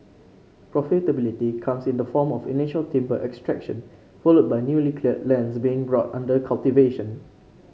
profitability comes in the form of initial timber extraction followed by newly cleared lands being brought under cultivation